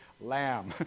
lamb